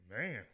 Man